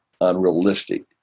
unrealistic